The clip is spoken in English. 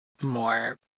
more